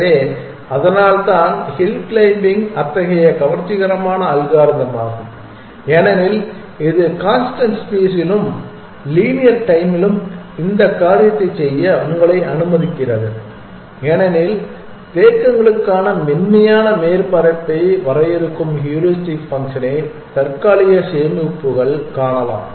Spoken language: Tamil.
எனவே அதனால்தான் ஹில் க்ளைம்பிங் அத்தகைய கவர்ச்சிகரமான அல்காரிதமாகும் ஏனெனில் இது கான்ஸ்டன்ட் ஸ்பேஸ்ஸிலும் லீனியர் டைம்மிலும் இந்த காரியத்தைச் செய்ய உங்களை அனுமதிக்கிறது ஏனெனில் தேக்ககங்களுக்கான மென்மையான மேற்பரப்பை வரையறுக்கும் ஹூரிஸ்டிக் ஃபங்க்ஷனை தற்காலிக சேமிப்புகள் காணலாம்